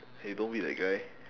!hey! don't be that guy